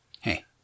Hey